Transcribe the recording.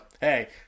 hey